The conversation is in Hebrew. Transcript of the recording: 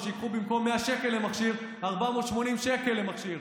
או שייקחו במקום 100 שקל למכשיר 480 שקל למכשיר.